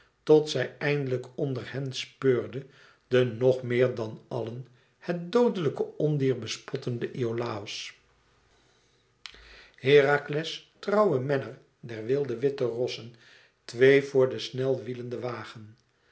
tot zij eindelijk onder hen speurde den nog meer dan allen het doode ondier bespottenden iolàos herakles trouwe menner der wilde witte rossen twee voor den snel wielenden wagen